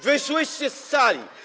Wyszłyście z sali.